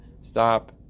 Stop